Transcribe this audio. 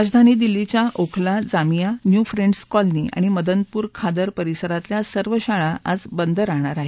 राजधानी दिल्लीच्या Okhla Jamia new friends colony आणि मदनपूर खादर परिसरातल्या सर्व शाळा आज बंद राहणार आहेत